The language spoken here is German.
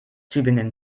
tübingen